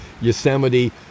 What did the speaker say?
Yosemite